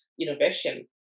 innovation